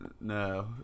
No